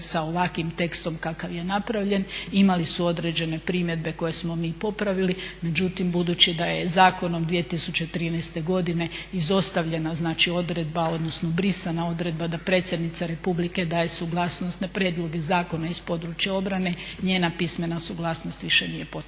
sa ovakvim tekstom kakav je napravljen. Imali su određene primjedbe koje smo mi popravili. Međutim, budući da je zakonom 2013. godine izostavljena znači odredba odnosno brisana odredba da predsjednica Republike daje suglasnost na prijedloge zakona iz područja obrane, njena pismena suglasnost više nije potrebna.